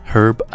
Herb